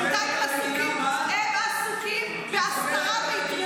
בינתיים הם עסוקים בהסתרה.